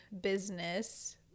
business